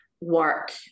work